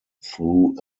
threw